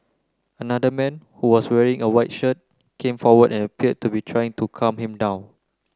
another man who was wearing a white shirt came forward and appeared to be trying to calm him down